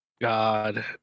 god